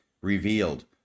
revealed